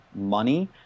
money